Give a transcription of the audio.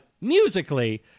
musically